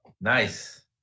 nice